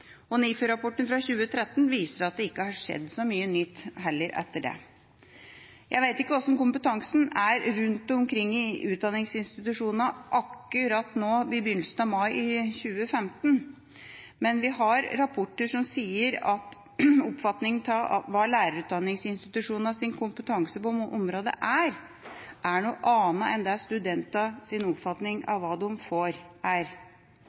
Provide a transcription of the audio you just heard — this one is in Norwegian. lærerutdanning. NIFU-rapporten fra 2013 viser at det heller ikke har skjedd så mye nytt etter det. Jeg vet ikke hvordan kompetansen er rundt omkring i utdanningsinstitusjonene akkurat nå, i begynnelsen av mai 2015, men vi har rapporter som sier at lærerutdanningsinstitusjonenes oppfatning av hva deres kompetanse på området er, er noe annet enn studentenes oppfatning av hva de får. Det er